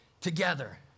together